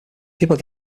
people